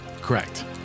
Correct